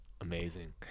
amazing